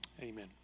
Amen